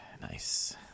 nice